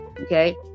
okay